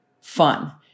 fun